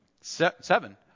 seven